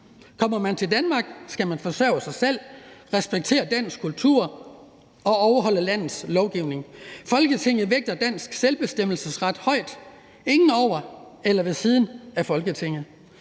Kommer man til Danmark, skal man forsørge sig selv, respektere dansk kultur og overholde landets lovgivning. Folketinget vægter dansk selvbestemmelsesret højt; ingen over eller ved siden af Folketinget.